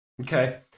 Okay